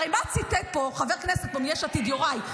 הרי מה ציטט פה חבר הכנסת מיש עתיד, יוראי?